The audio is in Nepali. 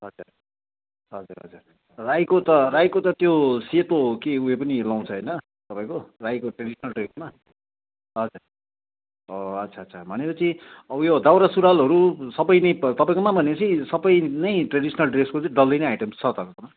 हजुर हजुर हजुर राईको त राईको त त्यो सेतो हो कि उयो पनि लाउँछ होइन तपाईँको राईको ट्रेडिसनल ड्रेसमा हजुर ओ अच्छा अच्छा भनेपछि अब यो दौरा सुरुवालहरू सबै नै तपाईँकोमा भनेपछि सबै नै ट्रेडिसनल ड्रेसको चाहिँ डल्लै नै आइटम छ तपाईँकोमा